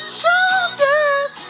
shoulders